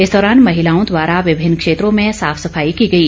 इस दौरान महिलाओं द्वारा विभिन्न क्षेत्रों में साफ सफाई की गई